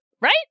Right